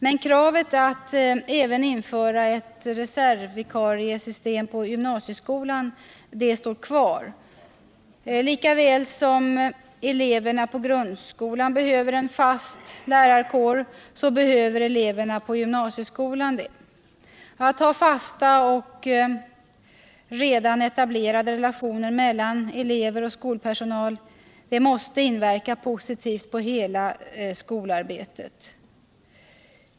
Men kravet att även införa ett reservvikariesystem för gymnasieskolan står kvar. Lika väl som eleverna i grundskolan behöver en fast lärarkår, så behöver eleverna i gymnasieskolan detta. Att ha fasta och redan etablerade relationer mellan elever och skolpersonal måste inverka positivt på hela skolarbetet.